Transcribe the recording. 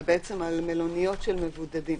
על מלוניות של מבודדים.